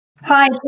Hi